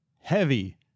heavy